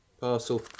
Parcel